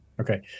Okay